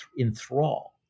enthrall